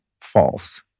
false